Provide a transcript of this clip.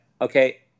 okay